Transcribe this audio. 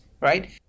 right